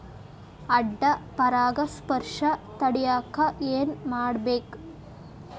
ಅಡ್ಡ ಪರಾಗಸ್ಪರ್ಶ ತಡ್ಯಾಕ ಏನ್ ಮಾಡ್ಬೇಕ್?